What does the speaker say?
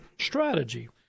strategy